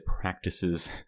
practices